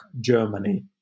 Germany